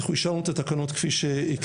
הצבעה אושר אנחנו אישרנו את התקנות כפי שהקריאה